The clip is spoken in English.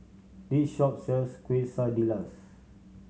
this shop sells Quesadillas